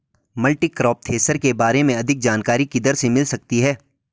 Multicrop thresher के बारे में अधिक जानकारी किधर से मिल सकती है?